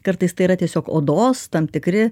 kartais tai yra tiesiog odos tam tikri